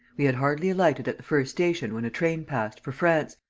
we had hardly alighted at the first station when a train passed, for france.